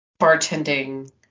bartending